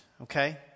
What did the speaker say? okay